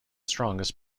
strongest